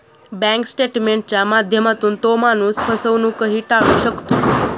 bank स्टेटमेंटच्या माध्यमातून तो माणूस फसवणूकही टाळू शकतो